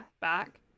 back